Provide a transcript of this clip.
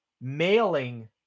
mailing